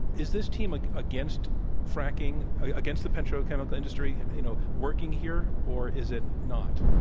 is this team like against fracking, against the petro chemical industry, you know, working here? or is it not?